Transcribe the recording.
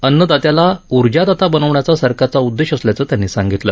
अन्नदात्याला उर्जादाता बनवण्याचा सरकारचा उददेश असल्याचं त्यांनी सांगितलं